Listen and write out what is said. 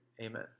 Amen